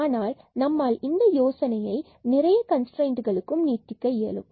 ஆனால் நம்மால் இந்த யோசனையை நிறைய கன்ஸ்ட்ரைன்ட்களுக்கும் நீட்டிக்க இயலும்